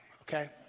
okay